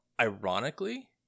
ironically